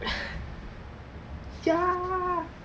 ya